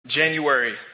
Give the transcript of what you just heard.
January